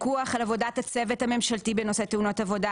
פיקוח על עבודת הצוות הממשלתי בנושא תאונות עבודה,